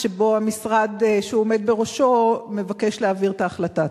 שבו המשרד שהוא עומד בראשו מבקש להעביר את ההחלטה.